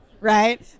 Right